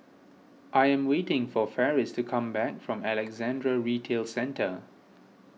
I am waiting for Farris to come back from Alexandra Retail Centre